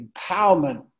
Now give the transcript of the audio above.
empowerment